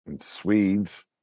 Swedes